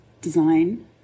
design